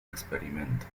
experimento